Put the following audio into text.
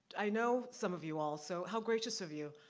i know some of you all, so how gracious of you.